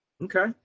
Okay